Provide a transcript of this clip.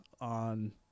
on